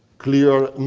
clear,